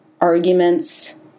arguments